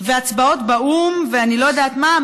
והצבעות באו"ם, ואני לא יודעת מה?